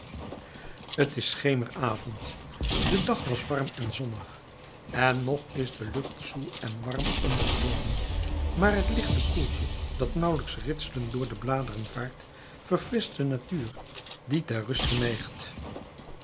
t is schemeravond de dag was warm en zonnig en nog is de lucht zoel en warm onder de boomen maar t lichte koeltje dat nauwelijks ritselend door de bladeren vaart verfrischt de natuur die ter ruste neigt